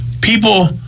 people